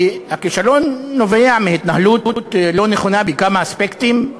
כי הכישלון נובע מהתנהלות לא נכונה בכמה אספקטים,